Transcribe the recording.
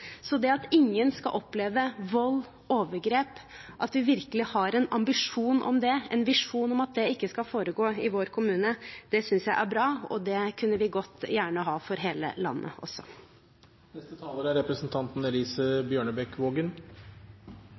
Det at ingen skal oppleve vold eller overgrep, at vi virkelig har en ambisjon om det, en visjon om at det ikke skal foregå i vår kommune, det synes jeg er bra, og det kunne vi gjerne hatt for hele landet også. Jeg synes det er